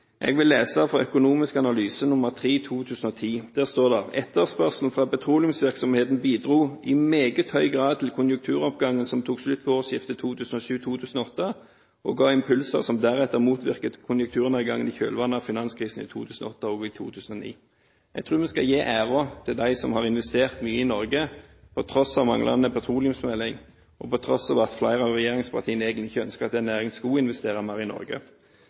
Jeg vil lese fra Økonomiske analyser 3/2010. Der står det: «Etterspørselen fra petroleumsvirksomheten bidro dermed i meget høy grad til konjunkturoppgangen som tok slutt ved årsskiftet 2007/2008, og ga impulser som deretter motvirket konjunkturnedgangen i kjølvannet av finanskrisen i 2008 og i 2009.» Jeg tror vi skal gi æren til dem som har investert mye i Norge, på tross av manglende petroleumsmelding og på tross av at flere av regjeringspartiene egentlig ikke ønsker at den næringen skulle investere mer i Norge.